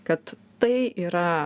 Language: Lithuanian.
kad tai yra